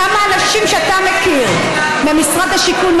כמה אנשים שאתה מכיר ממשרד השיכון,